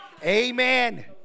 Amen